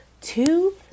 Two